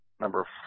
number